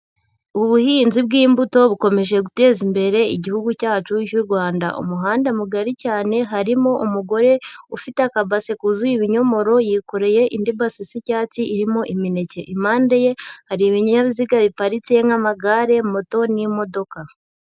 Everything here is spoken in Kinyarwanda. Ubuhinzi bw'imbuto bukomeje guteza imbere igihugu cyacu cy'u Rwanda, umuhanda mugari cyane harimo umugore ufite akabase kuzuye ibinyomoro yikoreye indibasi z'icyatsi irimo imineke, impande ye hari ibinyabiziga biparitse nk'amagare, moto, n'imodoka.